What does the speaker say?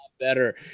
better